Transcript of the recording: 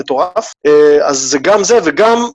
‫מטורף. אז זה גם זה וגם...